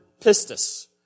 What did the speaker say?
pistis